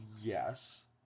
Yes